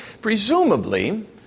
Presumably